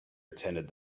attended